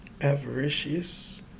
avaricious